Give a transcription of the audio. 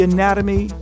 Anatomy